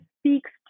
speaks